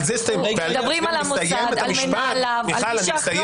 אנחנו מדברים על המוסד, על מנהליו, על מי שאחראי.